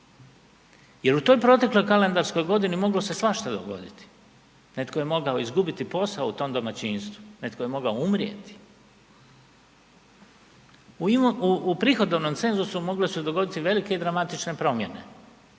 Jer u toj protekloj kalendarskoj godini moglo se svašta dogoditi. Netko je mogao izgubiti posao u tom domaćinstvu, netko je mogao umrijeti. U prihodovnom cenzusu mogle su se dogoditi velike i dramatične promjene